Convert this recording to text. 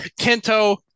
Kento